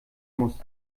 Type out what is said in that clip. muss